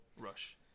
rush